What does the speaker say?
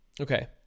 okay